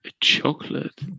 chocolate